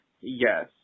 Yes